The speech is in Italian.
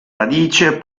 radice